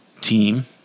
team